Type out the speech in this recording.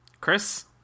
Chris